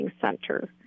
center